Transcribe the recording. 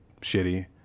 shitty